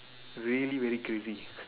really really crazy